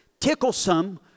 ticklesome